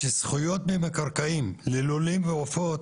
שבצפון במיוחד בגלל הערים ובגלל העמקים שנמצאים והוואדיות,